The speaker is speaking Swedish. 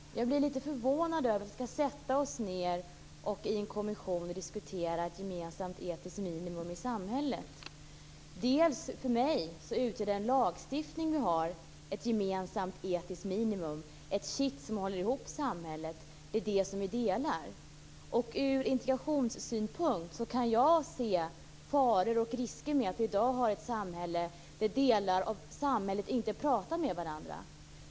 Fru talman! Jag blev lite förvånad över att höra att vi skall sätta oss ned för att i en kommission diskutera ett gemensamt etiskt minimum i samhället. För mig utgör den lagstiftning vi har ett gemensamt etiskt minimum, ett kitt som håller ihop samhället - det som vi delar. Från integrationssynpunkt kan jag se faror och risker med att vi i dag har ett samhälle där delar av samhället inte pratar med varandra.